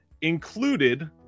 included